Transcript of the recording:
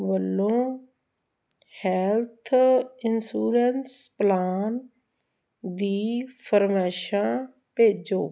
ਵੱਲੋਂ health insurance plan ਦੀ ਫਰਮਾਇਸ਼ਾਂ ਭੇਜੋ